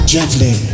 Gently